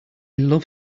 love